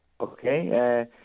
Okay